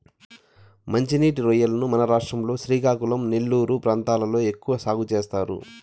మంచి నీటి రొయ్యలను మన రాష్ట్రం లో శ్రీకాకుళం, నెల్లూరు ప్రాంతాలలో ఎక్కువ సాగు చేస్తారు